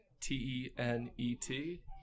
T-E-N-E-T